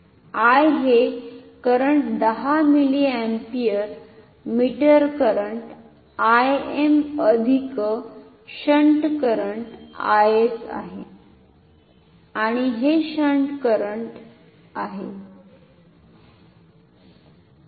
I हे current 10 milliampere meter current Im अधिक shunt current Is आहे आणि हे शंट करंट आहे